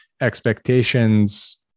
expectations